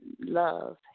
love